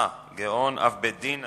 גאון אב בית-דין.